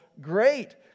great